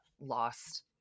lost